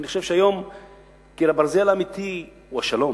אני חושב שהיום קיר הברזל האמיתי הוא השלום,